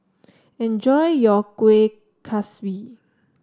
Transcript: enjoy your Kueh Kaswi